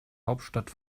hauptstadt